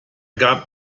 gab